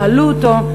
יעלו אותו,